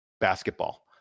basketball